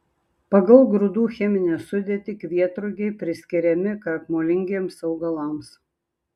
pagal grūdų cheminę sudėtį kvietrugiai priskiriami krakmolingiems augalams